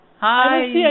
hi